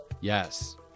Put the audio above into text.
yes